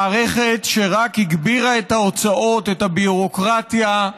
מערכת שרק הגבירה את ההוצאות, את הביורוקרטיה,